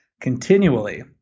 continually